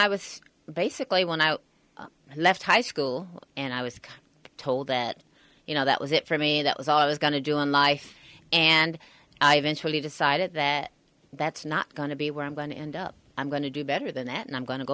i was basically when i left high school and i was told that you know that was it for me that was all i was going to do in life and i eventually decided that that's not going to be where i'm going to end up i'm going to do better than that and i'm going to go